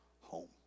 home